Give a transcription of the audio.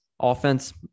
Offense